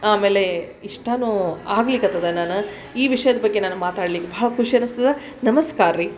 ಆಮೇಲೆ ಇಷ್ಟವೂ ಆಗ್ಲಿಕ್ಕತ್ತದ ನಾನು ಈ ವಿಷ್ಯದ ಬಗ್ಗೆ ನಾನು ಮಾತಾಡ್ಲಿಕ್ಕೆ ಭಾಳ ಖುಷಿ ಅನಸ್ತದೆ ನಮಸ್ಕಾರ ರೀ